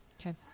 Okay